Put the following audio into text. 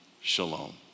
shalom